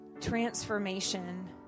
transformation